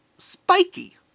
spiky